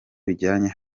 bijyanye